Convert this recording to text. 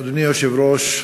אדוני היושב-ראש,